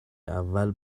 اول